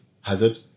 Hazard